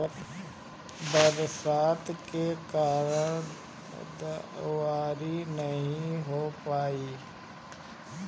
बरसात के कारण दँवरी नाइ हो पाई